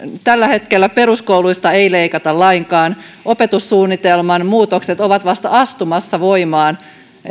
tällä hetkellä peruskouluista ei leikata lainkaan opetussuunnitelman muutokset ovat vasta astumassa voimaan